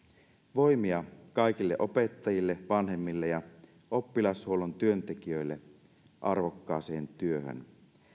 voimia kaikille opettajille vanhemmille ja oppilashuollon työntekijöille arvokkaaseen työhön